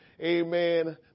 Amen